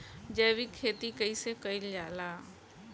जैविक खेती कईसे कईल जाला?